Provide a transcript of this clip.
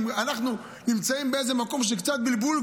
אנחנו נמצאים באיזה מקום של קצת בלבול,